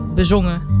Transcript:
bezongen